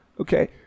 Okay